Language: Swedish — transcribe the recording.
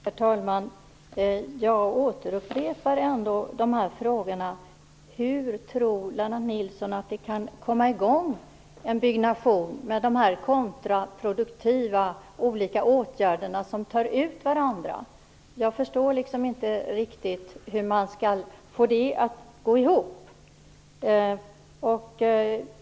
Herr talman! Jag upprepar min fråga: Hur tror Lennart Nilsson att en byggnation kan komma i gång med de här olika kontraproduktiva åtgärderna, som tar ut varandra? Jag förstår inte riktigt hur man skall få det att gå ihop.